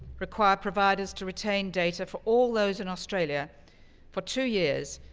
require providers to retain data for all those in australia for two years,